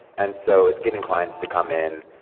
and so it's getting clients to come in,